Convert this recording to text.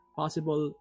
possible